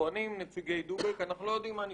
טוענים נציגי "דובק" שהם לא יודעים מה נפלט.